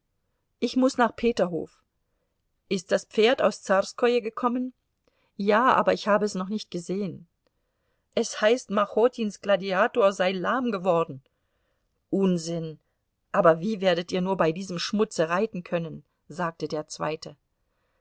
ich muß nach peterhof ist das pferd aus zarskoje gekommen ja aber ich habe es noch nicht gesehen es heißt machotins gladiator sei lahm geworden unsinn aber wie werdet ihr nur bei diesem schmutze reiten können sagte der zweite